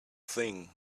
thing